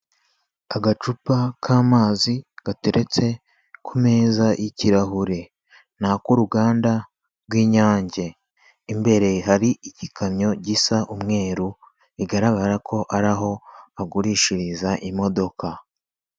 Agacupa k'amazi gateretse ku meza y'ikirahure. Ni ak' uruganda rw'Inyange. Imbere hari igikamyo gisa umweru, bigaragara ko ari aho bagurishiriza imodoka.